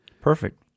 Perfect